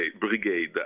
brigade